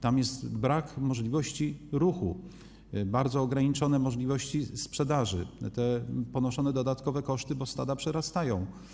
Tam jest brak możliwości ruchu, są bardzo ograniczone możliwości sprzedaży, są ponoszone dodatkowe koszty, bo stada przerastają.